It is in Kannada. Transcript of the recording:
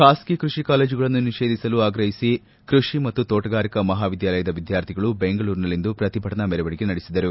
ಖಾಸಗಿ ಕೃಷಿ ಕಾಲೇಜುಗಳನ್ನು ನಿಷೇಧಿಸಲು ಆಗ್ರಹಿಸಿ ಕೃಷಿ ಮತ್ತು ಶೋಟಗಾರಿಕಾ ಮಹಾವಿದ್ದಾಲಯದ ವಿದ್ಯಾರ್ಥಿಗಳು ಬೆಂಗಳೂರಿನಲ್ಲಿಂದು ಪ್ರತಿಭಟನಾ ಮೆರವಣಿಗೆ ನಡೆಸಿದರು